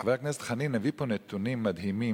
חבר הכנסת חנין הביא פה נתונים מדהימים,